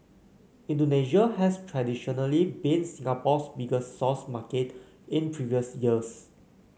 Indonesia has traditionally been Singapore's biggest source market in previous years